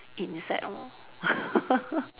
eat insect lor